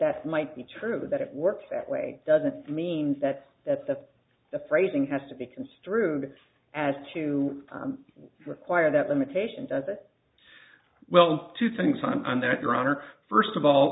that that might be true that it works that way doesn't mean that that that's the phrasing has to be construed as to require that limitation does it well two things on that your honor first of all